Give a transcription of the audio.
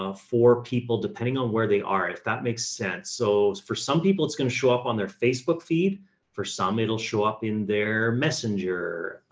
ah for people depending on where they are, if that makes sense. so for some people it's going to show up on their facebook feed for some it'll show up in their messenger.